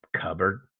cupboard